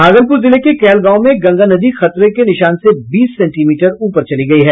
भागलपुर जिले के कहलगांव में गंगा नदी खतरे के निशान से बीस सेंटीमीटर ऊपर चली गयी है